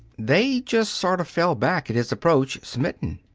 they just sort of fell back at his approach, smitten.